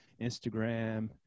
Instagram